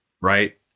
Right